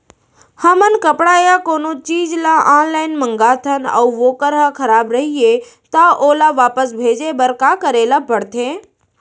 हमन कपड़ा या कोनो चीज ल ऑनलाइन मँगाथन अऊ वोकर ह खराब रहिये ता ओला वापस भेजे बर का करे ल पढ़थे?